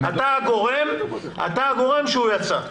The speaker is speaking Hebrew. אתה הגורם לכך שהוא יצא.